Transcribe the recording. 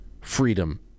freedom